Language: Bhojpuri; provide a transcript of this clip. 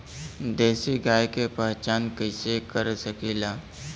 देशी गाय के पहचान कइसे कर सकीला?